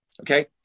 Okay